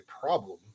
problem